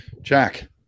Jack